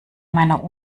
meiner